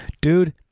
Dude